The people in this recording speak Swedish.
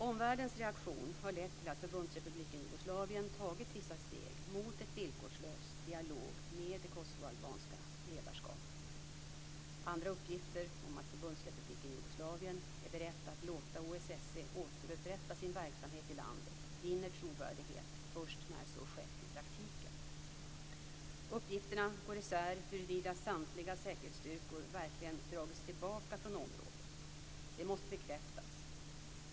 Omvärldens reaktion har lett till att Förbundsrepubliken Jugoslavien tagit vissa steg mot en villkorslös dialog med det kosovoalbanska ledarskapet. Uppgifter om att Förbundsrepubliken Jugoslavien är beredd att låta OSSE återupprätta sin verksamhet i landet vinner trovärdighet först när så skett i praktiken. Uppgifterna går isär huruvida samtliga säkerhetsstyrkor verkligen har dragits tillbaka från området. Sådana uppgifter måste bekräftas.